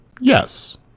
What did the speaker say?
Yes